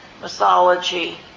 mythology